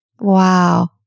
Wow